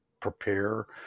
prepare